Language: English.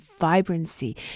vibrancy